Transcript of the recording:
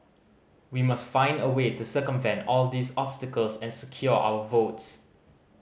we must find a way to circumvent all these obstacles and secure our votes